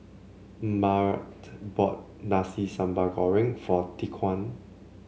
Mart bought Nasi Sambal Goreng for Tyquan